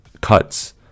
cuts